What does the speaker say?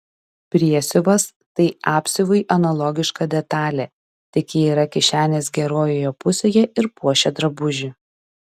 priesiuvas tai apsiuvui analogiška detalė tik ji yra kišenės gerojoje pusėje ir puošia drabužį